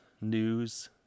news